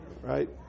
Right